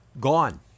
gone